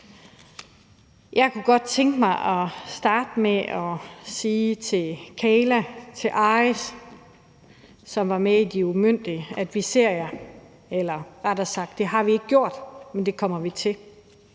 Jeg kunne godt tænke mig at starte med at sige til Kayla og Ariz, som var med i »De umyndige«, at vi ser jer. Eller rettere sagt, det har vi ikke gjort, men det kommer vi til.